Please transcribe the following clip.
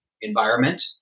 environment